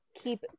keep